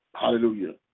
Hallelujah